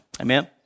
Amen